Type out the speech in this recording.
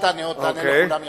אל תענה, תענה לכולם יחד.